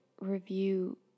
review